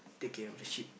take care of sheep